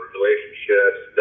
Relationships